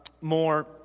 more